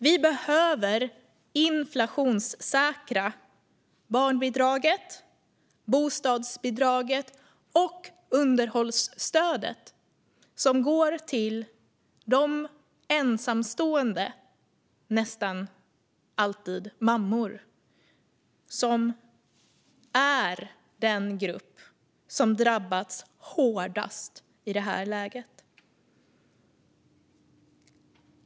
Vi behöver inflationssäkra barnbidraget, bostadsbidraget och underhållsstödet som går till de ensamstående, nästan alltid mammor, som är den grupp som drabbats hårdast i det här läget.